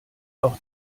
auch